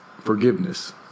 Forgiveness